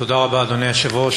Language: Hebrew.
תודה רבה, אדוני היושב-ראש.